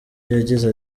yagize